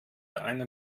eine